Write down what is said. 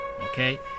okay